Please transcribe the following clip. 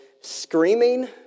screaming